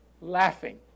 laughing